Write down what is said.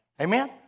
Amen